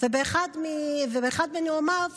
באחד מנאומיו